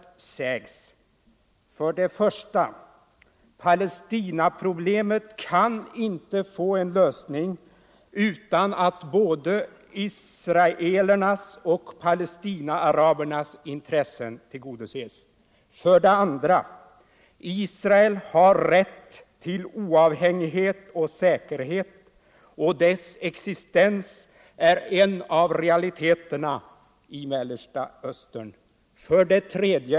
1. Palestinaproblemet kan inte få en lösning utan att både israelernas och palestinaarabernas intressen tillgodoses. 2. Israel har rätt till oavhängighet och säkerhet, och dess existens är en av realiteterna i Mellersta Östern. 3.